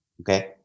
Okay